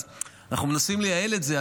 אז אנחנו מנסים לייעל את זה.